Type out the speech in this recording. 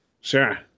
Sure